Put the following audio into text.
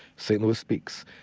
st. louis speaks.